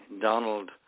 Donald